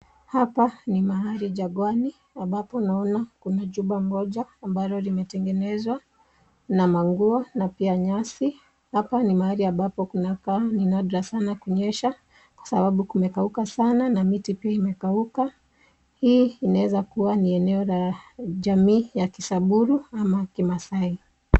Hapa ni mahali jangwani ambapo naona kuna jumba moja ambalo limetengenezwa na manguo na pia nyasi. Hapa ni mahali ambapo kunakaa ni nadra sana kunyesha kwa sababu kumekauka sana na miti pia imekauka. Hii inaeza kuwa ni eneo la jamii ya kisamburu ama kimaasai.